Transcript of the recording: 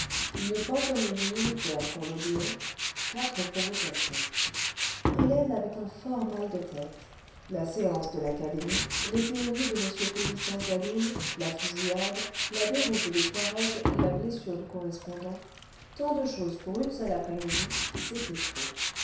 une pantomime militaire pour l'odéon quatre provocations a la salle d'armes hélène avait un fort mal de tête la séance de l'académie les théories de m félicien cadoul la fusillade la déroute des touaregs et la blessure du correspondant tant de choses pour une seule aprèsmidi c'était trop